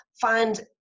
find